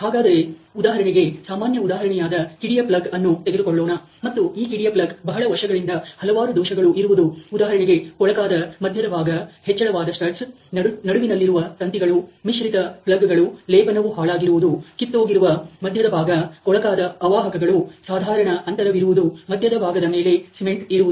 ಹಾಗಾದರೆ ಉದಾಹರಣೆಗೆ ಸಾಮಾನ್ಯ ಉದಾಹರಣೆಯಾದ ಕಿಡಿಯ ಪ್ಲಗ್ಅನ್ನು ತೆಗೆದುಕೊಳ್ಳೋಣ ಮತ್ತು ಈ ಕಿಡಿಯ ಪ್ಲಗ್ನಲ್ಲಿ ಬಹಳ ವರ್ಷಗಳಿಂದ ಹಲವಾರು ದೋಷಗಳು ಇರುವುದು ಉದಾಹರಣೆಗೆ ಕೊಳಕಾದ ಮಧ್ಯದ ಭಾಗ ಹೆಚ್ಚಳವಾದ ಸ್ಟಡ್ಸ್ ನಡುವಿನಲ್ಲಿರದ ತಂತಿಗಳು ಮಿಶ್ರಿತ ಪ್ಲಗ್ ಗಳು ಲೇಪನವು ಹಾಳಾಗಿರುವುದು ಕಿತ್ತೋಗಿರುವ ಮಧ್ಯದ ಭಾಗ ಕೊಳಕಾದ ಅವಾಹಕಗಳು ಸಾಧಾರಣ ಅಂತರವಿರುವುದು ಮಧ್ಯದ ಭಾಗದ ಮೇಲೆ ಸಿಮೆಂಟ್ ಇರುವುದು